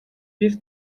bir